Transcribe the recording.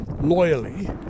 loyally